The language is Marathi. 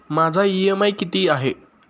माझा इ.एम.आय किती आहे?